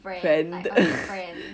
friend like um friend